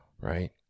right